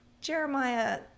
Jeremiah